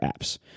apps